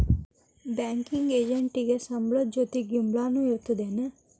Banking ಎಜೆಂಟಿಗೆ ಸಂಬ್ಳದ್ ಜೊತಿ ಗಿಂಬ್ಳಾನು ಇರ್ತದೇನ್?